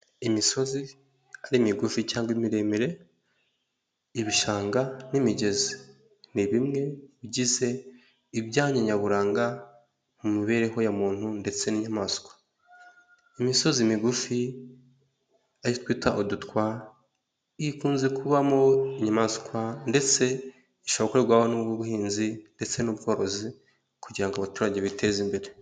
Imisozi ari migufi cyangwa imiremire, ibishanga n'imigezi, ni bimwe bigize ibyanya nyaburanga mu mibereho ya muntu ndetse n'inyamaswa. Imisozi migufi iyo twita udutwa, ikunze kubamo inyamaswa, ndetse ishohobora gukorerwaho n'ubuhinzi ndetse n'ubworozi kugira ngo abaturage biteze imbere.